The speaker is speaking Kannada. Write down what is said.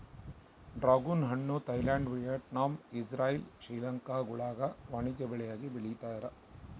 ಡ್ರಾಗುನ್ ಹಣ್ಣು ಥೈಲ್ಯಾಂಡ್ ವಿಯೆಟ್ನಾಮ್ ಇಜ್ರೈಲ್ ಶ್ರೀಲಂಕಾಗುಳಾಗ ವಾಣಿಜ್ಯ ಬೆಳೆಯಾಗಿ ಬೆಳೀತಾರ